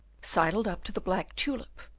sidled up to the black tulip,